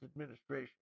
administration